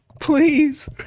Please